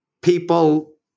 people